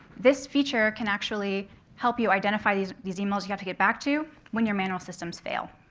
this feature can actually help you identify these these emails you have to get back to when your manual systems fail.